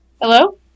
Hello